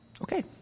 Okay